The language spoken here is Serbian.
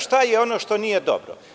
Šta je ono što nije dobro?